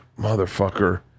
motherfucker